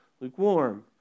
lukewarm